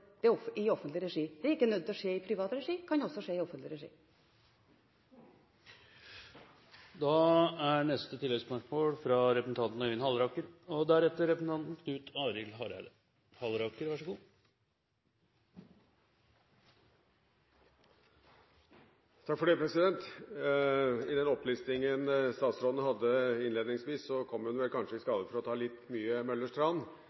offentlig regi. Det er ikke nødt til å skje i privat regi, det kan også skje i offentlig regi. Øyvind Halleraker – til neste oppfølgingsspørsmål. I den opplistingen statsråden hadde innledningsvis, kom hun vel kanskje i skade for å ta litt mye Møllers tran. En del av de firefelts veiene som hun